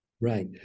Right